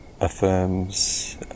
affirms